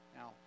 Now